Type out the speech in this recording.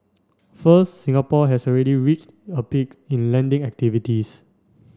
first Singapore has already reached a peak in lending activities